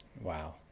Wow